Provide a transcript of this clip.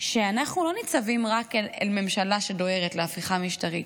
שאנחנו לא ניצבים רק אל מול ממשלה שדוהרת להפיכה משטרית,